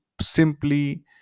simply